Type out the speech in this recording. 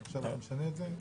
עכשיו אתה משנה את זה?